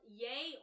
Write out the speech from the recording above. yay